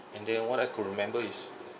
and then what I could remember is